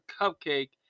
Cupcake